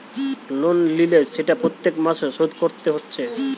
loan লিলে সেটা প্রত্যেক মাসে শোধ কোরতে হচ্ছে